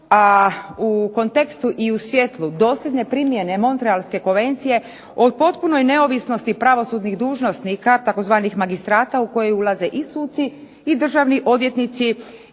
a u kontekstu i u svjetlu dosljedne primjene Montrealske konvencije o potpunoj neovisnosti pravosudnih dužnosnika tzv. magistrata u koje ulaze i suci i državni odvjetnici